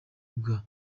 bwa